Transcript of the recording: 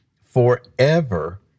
forever